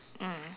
mm